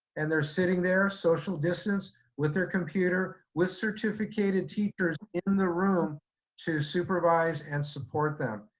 and they're sitting their social distanced with their computer, with certificated teachers in the room to supervise and support them,